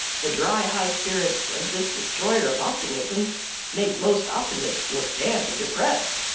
the dry high spirits of this destroyer of optimism make most optimists look damp and depressed.